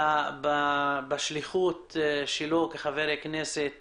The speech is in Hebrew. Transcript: בשליחות שלו כחבר כנסת